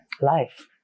Life